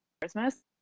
Christmas